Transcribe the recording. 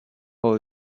all